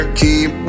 keep